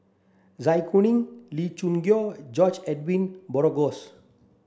Zai Kuning Lee Choo Neo George Edwin Bogaars